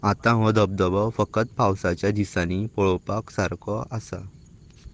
आतां हो धबधबो फकत पावसाच्या दिसांनी पळोवपाक सारको आसा